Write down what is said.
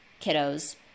kiddos